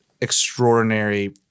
extraordinary